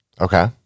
okay